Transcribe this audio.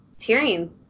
Tyrion